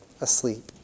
asleep